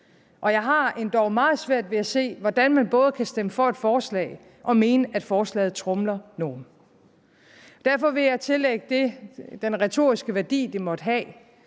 Og jeg har endog meget svært ved at se, hvordan man både kan stemme for et forslag og mene, at forslaget tromler nogen. Derfor vil jeg tillægge det den retoriske værdi, det måtte have,